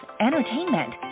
entertainment